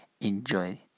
enjoy